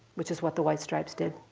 which is what the white stripes did.